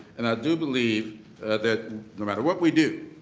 and i do believe that no matter what we do